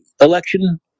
election